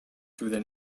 through